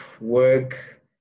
work